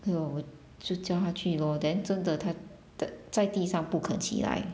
ya lor 我就叫他去 lor then 真的她的在地上不肯起来